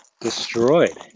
destroyed